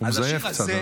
הוא מזייף קצת.